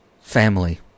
family